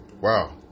Wow